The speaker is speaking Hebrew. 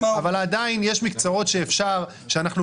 עדיין יש מקצועות שאנחנו בעד.